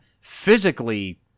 physically